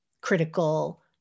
critical